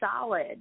solid